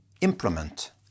implement